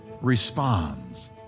responds